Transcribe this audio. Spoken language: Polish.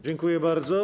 Dziękuję bardzo.